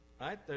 right